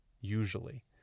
usually